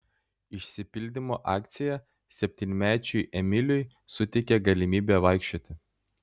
išsipildymo akcija septynmečiui emiliui suteikė galimybę vaikščioti